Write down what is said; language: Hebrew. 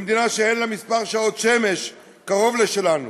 במדינה שאין לה מספר שעות שמש קרוב לשלנו.